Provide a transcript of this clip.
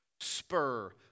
spur